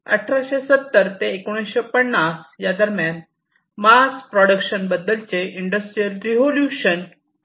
1870 ते 1950 यादरम्यान mass production बद्दलचे इंडस्ट्रियल रिव्होल्यूशन 2